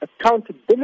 accountability